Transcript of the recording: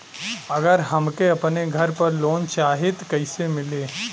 अगर हमके अपने घर पर लोंन चाहीत कईसे मिली?